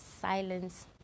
silence